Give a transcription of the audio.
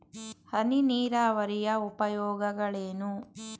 ಹನಿ ನೀರಾವರಿಯ ಉಪಯೋಗಗಳೇನು?